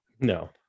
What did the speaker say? No